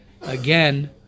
again